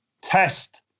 test